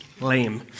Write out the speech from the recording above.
lame